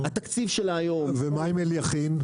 התקציב שלה היום -- ומה עם אליכין?